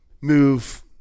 move